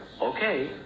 okay